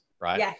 right